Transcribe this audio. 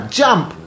jump